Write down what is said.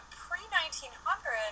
pre-1900